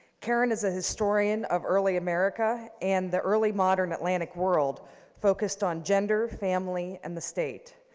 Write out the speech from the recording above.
karin is a historian of early america and the early modern atlantic world focused on gender, family, and the state.